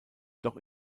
doch